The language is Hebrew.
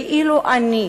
ואילו אני,